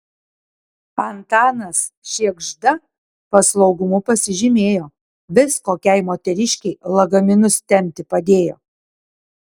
antanas šėgžda paslaugumu pasižymėjo vis kokiai moteriškei lagaminus tempti padėjo